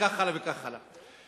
וכך הלאה וכך הלאה.